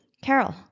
Carol